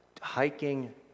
hiking